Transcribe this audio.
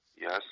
Yes